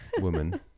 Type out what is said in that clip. woman